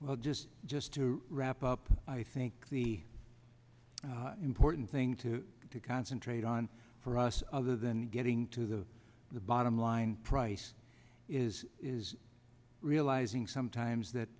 well just just to wrap up i think the important thing to concentrate on for us other than getting to the bottom line price is is realizing sometimes that